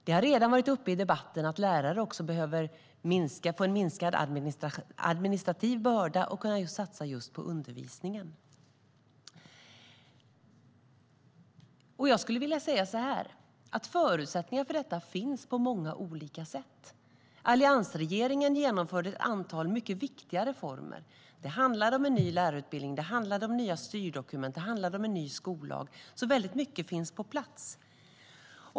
Det har redan varit uppe i debatten att också lärare behöver få en minskad administrativ börda och kunna satsa just på undervisningen. Förutsättningar för detta finns på många olika sätt. Alliansregeringen genomförde ett antal mycket viktiga reformer. Det handlade om en ny lärarutbildning, nya styrdokument och en ny skollag. Väldigt mycket finns på plats.